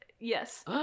Yes